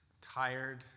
tired